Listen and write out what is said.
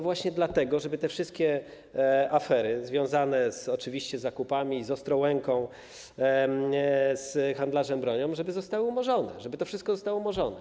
Właśnie dlatego, żeby te wszystkie afery związane oczywiście z zakupami, z Ostrołęką, z handlarzem bronią zostały umorzone, żeby to wszystko zostało umorzone.